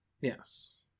Yes